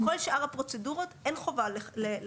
כל שאר הפרוצדורות אין חובה לדווח.